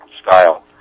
style